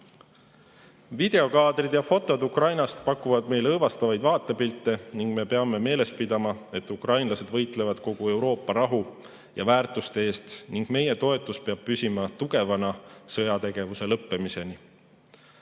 tööturule. Videokaadrid ja fotod Ukrainast pakuvad meile õõvastavaid pilte ning me peame meeles pidama, et ukrainlased võitlevad kogu Euroopa rahu ja väärtuste eest, ning meie toetus peab püsima tugevana sõjategevuse lõppemiseni.